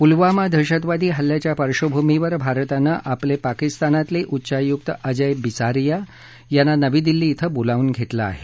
पुलवामा दहशतवादी हल्ल्याच्या पार्श्वभूमीवर भारतानं आपले पाकिस्तानातले उच्चायुक्त अजय बिसारिया यांना नवी दिल्ली ॐ बोलावून घेतलं आहे